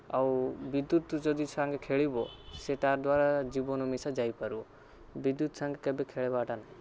ଆଉ ବିଦ୍ୟୁତ୍ ଯଦି ସାଙ୍ଗେ ଖେଳିବ ସେ ତା' ଦ୍ୱାରା ଜୀବନ ମିଶା ଯାଇପାରୁ ବିଦ୍ୟୁତ୍ ସାଙ୍ଗେ କେବେ ଖେଳିବାଟା ନାହିଁ